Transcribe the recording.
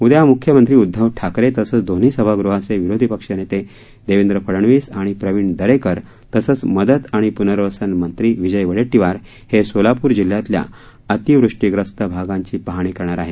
उद्या म्ख्यमंत्री उध्दव ठाकरे तसंच दोन्ही समाभागृहाचे विरोधी पक्षनेते देवेंद्र फडणवीस आणि प्रविण दरेकर तसंच मदत आणि पुनर्वसन मंत्री विजय वड्डेटीवार हे सोलापूर जिल्ह्यातल्या अतिवृष्टीग्रस्त भागांची पाहणी करणार आहेत